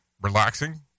Relaxing